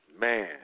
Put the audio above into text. Man